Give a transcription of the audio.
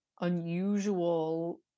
unusual